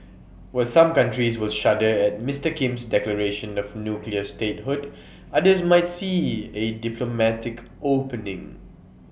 while some countries will shudder at Mister Kim's declaration of nuclear statehood others might see A diplomatic opening